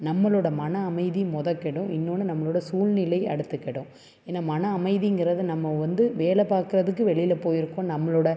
நம்மளோடய மன அமைதி மொத கெடும் இன்னோன்று நம்மளோடய சூழ்நிலை அடுத்து கெடும் ஏன்னால் மன அமைதிங்கிறது நம்ம வந்து வேலை பாக்குறதுக்கு வெளியில் போயிருக்கோம் நம்மளோடய